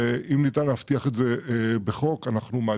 אם ניתן להבטיח את זה בחוק,